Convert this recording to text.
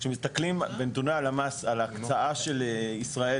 כשמסתכלים בנתוני הלמ"ס על ההקצאה של ישראל